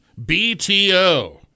BTO